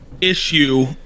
issue